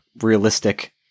realistic